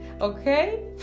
okay